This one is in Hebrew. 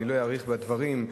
אני לא אאריך בדברים.